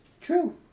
True